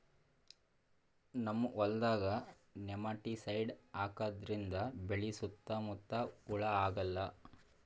ನಮ್ಮ್ ಹೊಲ್ದಾಗ್ ನೆಮಟಿಸೈಡ್ ಹಾಕದ್ರಿಂದ್ ಬೆಳಿ ಸುತ್ತಾ ಮುತ್ತಾ ಹುಳಾ ಆಗಲ್ಲ